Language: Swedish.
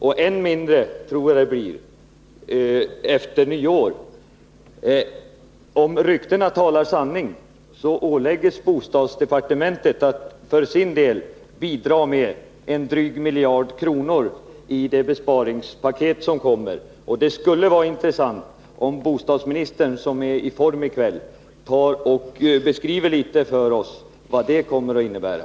Och än mindre tror jag det blir från nyår. Om ryktena talar sanning åläggs bostadsdepartementet att för sin del bidra med en dryg miljard kronor i det besparingspaket som kommer. Det skulle vara intressant om bostadsministern, som är i form i kväll, ville beskriva för oss litet av vad det kommer att innebära.